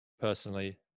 personally